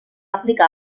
aplicar